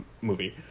movie